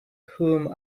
whom